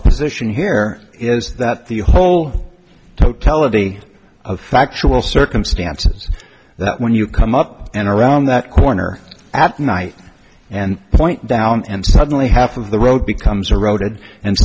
position here is that the whole totality of factual circumstances that when you come up and around that corner at night and point down and suddenly half of the road becomes eroded and